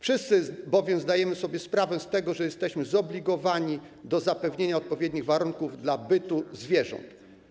Wszyscy zdajemy sobie sprawę z tego, że jesteśmy zobligowani do zapewnienia odpowiednich warunków dla bytu zwierząt.